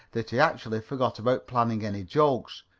that he actually forgot about planning any jokes.